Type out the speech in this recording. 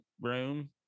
room